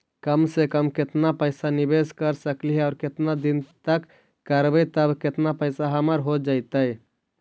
कम से कम केतना पैसा निबेस कर सकली हे और केतना दिन तक करबै तब केतना पैसा हमर हो जइतै?